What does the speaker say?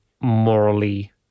morally